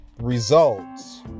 results